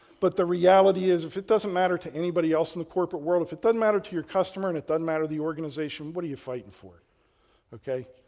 but the reality is, if it doesn't matter to anybody else in the corporate world. if it doesn't matter to your customer and it doesn't matter to the organization, what are you fighting for? ok.